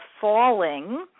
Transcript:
falling